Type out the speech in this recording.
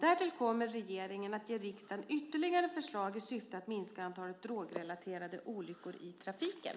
Därtill kommer regeringen att ge riksdagen ytterligare förslag i syfte att minska antalet drogrelaterade olyckor i trafiken.